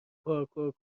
پارکور